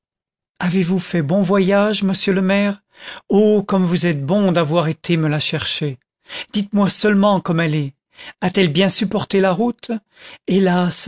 avez-vous fait un bon voyage monsieur le maire oh comme vous êtes bon d'avoir été me la chercher dites-moi seulement comment elle est a-t-elle bien supporté la route hélas